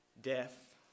Death